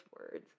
words